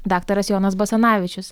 daktaras jonas basanavičius